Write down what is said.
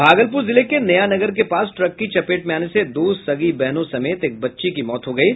भागलपुर जिले के नया नगर के पास ट्रक की चपेट में आने से दो सगी बहनों समेत एक बच्ची की मौत हो गयी